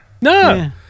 No